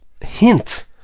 hint